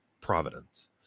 providence